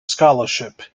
scholarship